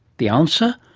the answer?